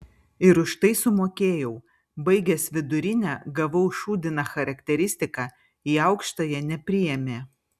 ir už tai sumokėjau baigęs vidurinę gavau šūdiną charakteristiką į aukštąją nepriėmė